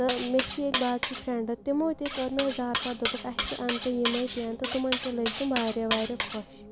تہٕ مےٚ چھِ ییٚتہِ باقی فرٛٮ۪نٛڈٕ تِمو تہِ کٔر مےٚ زارٕپار دوٚپُکھ اَسہِ تہِ اَن تہٕ یِمَے پٮ۪ن تہٕ تِمَن تہِ لٔگۍ تٕم واریاہ واریاہ خۄش